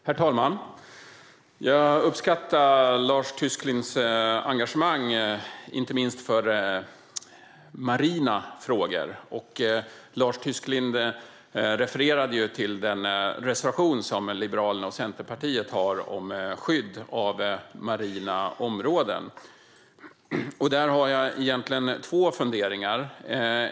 Herr talman! Jag uppskattar Lars Tysklinds engagemang, inte minst för marina frågor. Lars Tysklind refererade till den reservation som Liberalerna och Centerpartiet har om skydd av marina områden. Där har jag två funderingar.